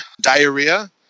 diarrhea